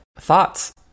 thoughts